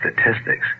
statistics